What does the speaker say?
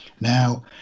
Now